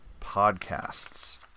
podcasts